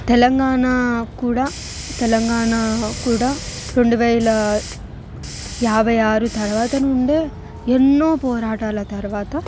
తెలంగాణ కూడా తెలంగాణ కూడా రెండువేల యాభై ఆరు తర్వాత నుండే ఎన్నో పోరాటాల తర్వాత